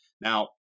Now